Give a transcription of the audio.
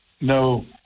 no